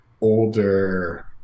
older